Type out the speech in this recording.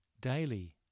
daily